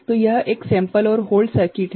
तो यह एक सेंपल और होल्ड सर्किट है